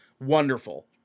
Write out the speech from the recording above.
Wonderful